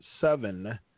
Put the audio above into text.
seven